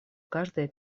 каждые